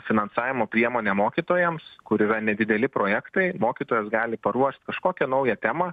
finansavimo priemone mokytojams kur yra nedideli projektai mokytojas gali paruošt kažkokią naują temą